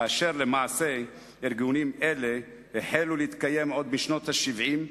כאשר למעשה ארגונים אלה החלו להתקיים עוד בשנות ה-70?